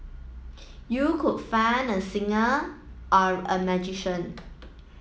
you could find a singer or a magician